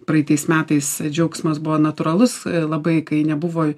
praeitais metais džiaugsmas buvo natūralus ir labai kai nebuvo